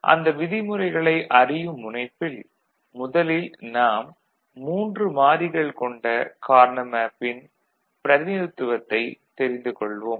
அந்த விதிமுறைகளை அறியும் முனைப்பில் முதலில் நாம் 3 மாறிகள் கொண்ட கார்னா மேப்பின் பிரதிநிதித்துவத்தைத் தெரிந்து கொள்வோம்